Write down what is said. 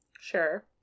Sure